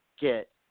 get